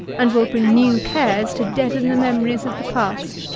and will bring new cares to deaden the memories of the past.